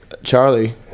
Charlie